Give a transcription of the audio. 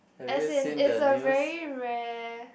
as in it's a very rare